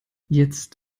jetzt